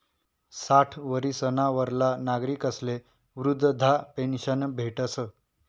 साठ वरीसना वरला नागरिकस्ले वृदधा पेन्शन भेटस